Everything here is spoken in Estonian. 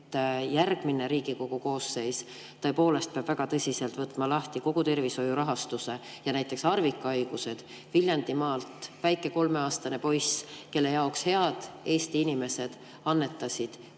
et järgmine Riigikogu koosseis tõepoolest peab väga tõsiselt võtma lahti kogu tervishoiu rahastuse ja näiteks ka harvikhaigused? Viljandimaal on üks väike kolmeaastane poiss, kelle jaoks head Eesti inimesed annetasid